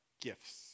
gifts